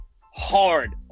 hard